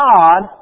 God